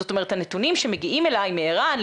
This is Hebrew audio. זאת אומרת מנתונים שמגיעים אלינו מער"ן,